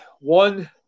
one